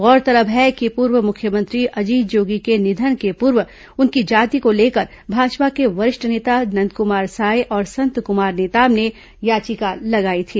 गौरतलब है कि पूर्व मुख्यमंत्री अजीत जोगी के निधन के पूर्व उनकी जाति को लेकर भाजपा के वरिष्ठ नेता नंदकुमार साय और संतकुमार नेताम ने याचिका लगाई थी